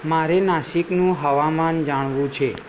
મારે નાસિકનું હવામાન જાણવું છે